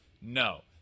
No